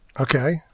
Okay